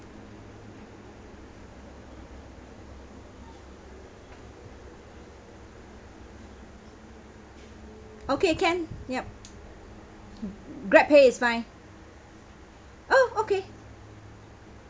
okay can yup GrabPay is fine oh okay